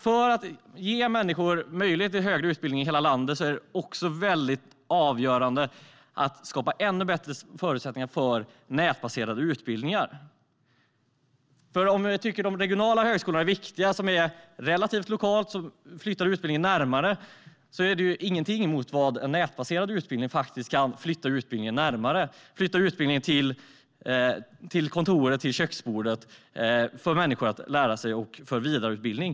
För att ge människor möjlighet till högre utbildning i hela landet är det avgörande att skapa ännu bättre förutsättningar för nätbaserade utbildningar. Om vi tycker att de regionala högskolorna är viktiga eftersom de är relativt lokala och flyttar utbildningen närmare är det ingenting mot hur en nätbaserad utbildning kan flytta utbildningen närmare. Den kan flytta utbildningen till kontoret och köksbordet, få människor att lära sig och att gå vidareutbildning.